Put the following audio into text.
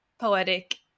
poetic